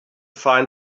find